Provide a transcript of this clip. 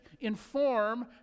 inform